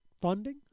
funding